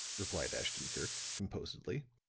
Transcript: replied ashton-kirk, composedly.